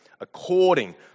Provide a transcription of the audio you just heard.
according